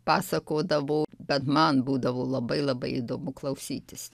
pasakodavo bet man būdavo labai labai įdomu klausytis